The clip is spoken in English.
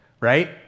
right